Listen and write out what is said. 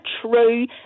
true